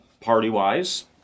party-wise